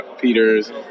Peters